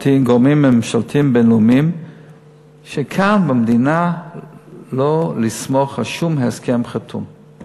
לגורמים ממשלתיים בין-לאומיים שלא לסמוך על שום הסכם חתום כאן במדינה.